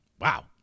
Wow